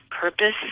purpose